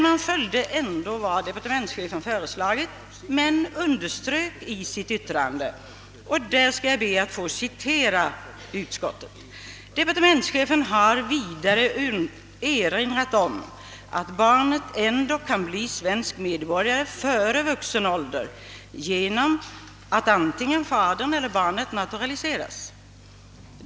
Man följde ändå departementschefens förslag men underströk i sitt yttrande: »Departementschefen har vidare erinrat om att barnet ändock kan bli svensk medborgare före vuxen ålder genom att antingen fadern eller barnet naturaliseras.